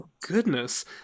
goodness